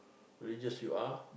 religious you are